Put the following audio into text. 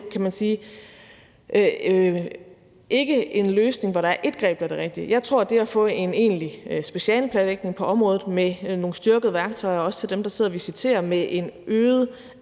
er det jo ikke en løsning, hvor der er ét greb, der er det rigtige. Jeg tror, at det at få en egentlig specialeplanlægning på området med nogle styrkede værktøjer også til dem, der sidder og visiterer, med en øget